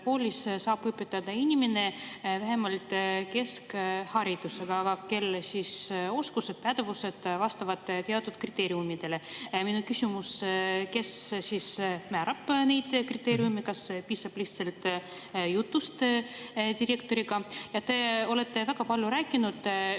koolis saab õpetada vähemalt keskharidusega inimene, kelle oskused ja pädevused vastavad teatud kriteeriumidele. Minu küsimus: kes siis määrab neid kriteeriume? Kas piisab lihtsalt jutust direktoriga? Ja te olete väga palju rääkinud